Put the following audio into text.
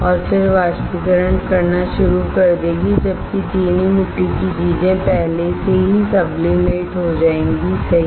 और फिर वाष्पीकरण करना शुरू कर देगी जबकि चीनी मिट्टी की चीज़ें पहले से ही सबलीमेट हो जाएंगीसही